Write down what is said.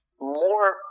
more